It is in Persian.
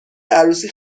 عروسی